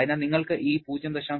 അതിനാൽ നിങ്ങൾക്ക് ഈ 0